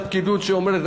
פקידות שאומרת,